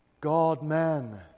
God-man